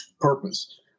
purpose